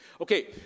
Okay